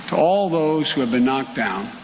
all those who have been knocked down.